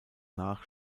nach